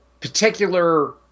particular